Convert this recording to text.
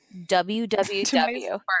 www